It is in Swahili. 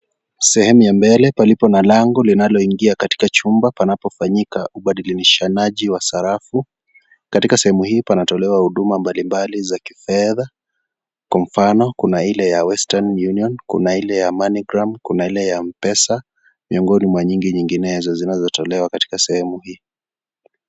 Sehemu ya mbele palipo na lango linaloingia katika chumba panapofanyika ubalishanaji wa sarafu . Katika sehemu hii panatolewa huduma mbalimbali za kifedha kwa mfano ,kuna ile ya Western Union , MoneyGram kuna ile ya Mpesa ,miongoni mwa nyingi nyinginezo zinazotolewa katika sehemu hii .